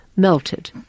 Melted